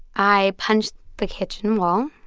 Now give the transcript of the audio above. i punched the kitchen wall.